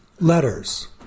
letters